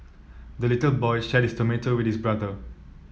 the little boy shared his tomato with his brother